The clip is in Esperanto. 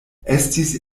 estis